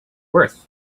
worth